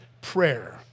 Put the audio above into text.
prayer